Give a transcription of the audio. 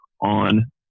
on